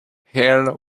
hell